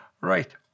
Right